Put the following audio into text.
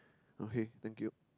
okay thank you